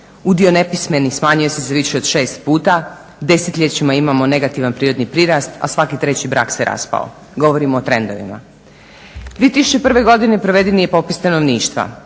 Udio nepismenih smanjio se za više od 6 puta, desetljećima imamo negativan prirodni prirast, a svaki treći brak se raspao. Govorim o trendovima. 2001. godine proveden je i popis stanovništva,